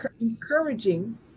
encouraging